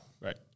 Right